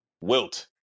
Wilt